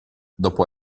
dopo